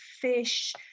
fish